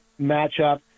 matchup